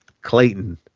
Clayton